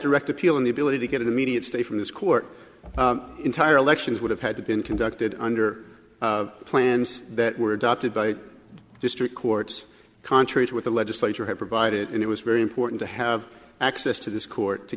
direct appeal in the ability to get an immediate stay from this court entire elections would have had to been conducted under plans that were adopted by district courts contrary to what the legislature had provided and it was very important to have access to this court to